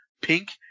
Pink